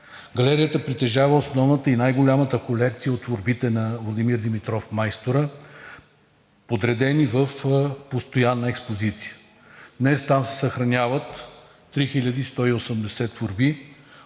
Галерията притежава основната и най-голямата колекция от творбите на Владимир Димитров – Майстора, подредени в постоянна експозиция. Днес там се съхраняват 3180 творби